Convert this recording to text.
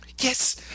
Yes